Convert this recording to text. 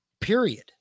period